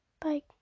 bye